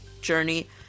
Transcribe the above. journey